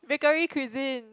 Bakery Cuisine